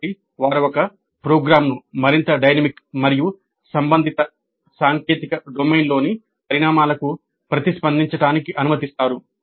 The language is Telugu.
కాబట్టి వారు ఒక ప్రోగ్రామ్ను మరింత డైనమిక్ మరియు సంబంధిత సాంకేతిక డొమైన్లోని పరిణామాలకు ప్రతిస్పందించడానికి అనుమతిస్తారు